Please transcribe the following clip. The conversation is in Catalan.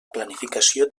planificació